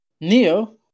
Neo